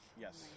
Yes